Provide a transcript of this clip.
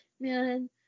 Man